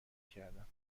کردم